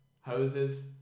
hoses